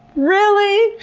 really?